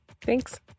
Thanks